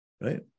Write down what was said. Right